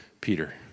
Peter